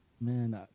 Man